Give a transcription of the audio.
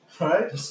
Right